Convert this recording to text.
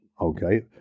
Okay